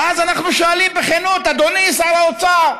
ואז אנחנו שואלים בכנות: אדוני שר האוצר,